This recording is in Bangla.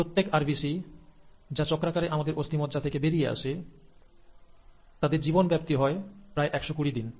প্রত্যেক আরবিসি যা চক্রাকারে আমাদের অস্থিমজ্জা থেকে বেরিয়ে আসে তাদের জীবন ব্যাপ্তি হয় প্রায় একশ কুড়ি দিন